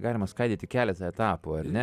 galima skaidyt į keletą etapų ar ne